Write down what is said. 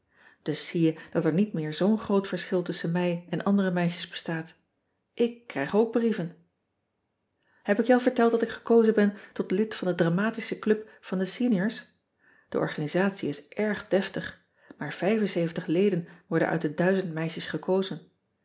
us zie je dat er niet meer zoo n groot verschil tusschen mij en andere meisjes bestaat k krijg ook brieven eb ik je al verteld dat ik gekozen ben tot lid van de dramatische club van de eniors e organisatie is erg deftig maar leden worden uit de meisjes gekozen